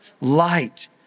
light